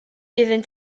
iddynt